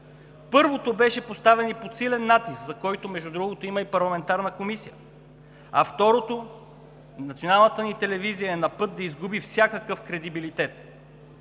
Първото беше поставено под силен натиск, за който, между другото, има и парламентарна комисия, а второто – Националната ни телевизия, е на път да изгуби всякакъв кредибилитет.